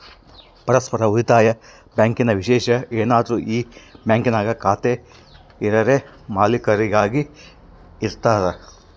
ಪರಸ್ಪರ ಉಳಿತಾಯ ಬ್ಯಾಂಕಿನ ವಿಶೇಷತೆ ಏನಂದ್ರ ಈ ಬ್ಯಾಂಕಿನಾಗ ಖಾತೆ ಇರರೇ ಮಾಲೀಕರಾಗಿ ಇರತಾರ